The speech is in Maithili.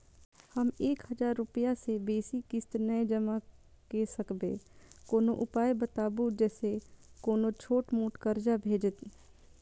हम एक हजार रूपया से बेसी किस्त नय जमा के सकबे कोनो उपाय बताबु जै से कोनो छोट मोट कर्जा भे जै?